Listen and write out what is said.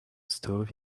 stove